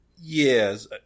Yes